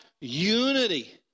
unity